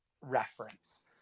reference